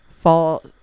fall